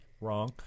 wrong